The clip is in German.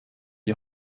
die